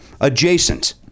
adjacent